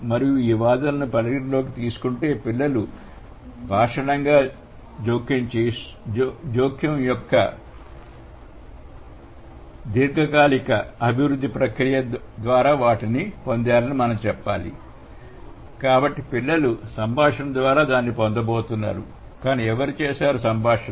మరియు ఈ వాదనను పరిగణనలోకి తీసుకుంటే పిల్లలు సంభాషణా జోక్యం యొక్క దీర్ఘకాలిక అభివృద్ధి ప్రక్రియ ద్వారా వాటిని పొందారని మనం చెప్పాలి కాబట్టి పిల్లలు సంభాషణ ద్వారా దాన్ని పొందబోతున్నారు కాని ఎవరు చేసారు సంభాషణ